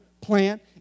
plant